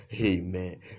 Amen